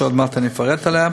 ועוד מעט אני אפרט לגביו,